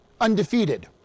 undefeated